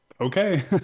okay